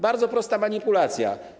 Bardzo prosta manipulacja.